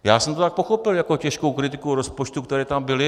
Já jsem to tak pochopil jako těžkou kritiku rozpočtů, které tam byly.